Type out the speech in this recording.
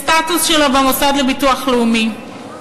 הסטטוס שלו במוסד לביטוח לאומי,